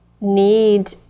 need